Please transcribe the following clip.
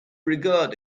regard